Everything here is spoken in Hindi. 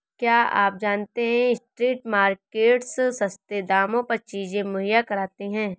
क्या आप जानते है स्ट्रीट मार्केट्स सस्ते दामों पर चीजें मुहैया कराती हैं?